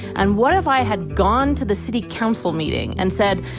and what if i had gone to the city council meeting and said,